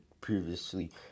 previously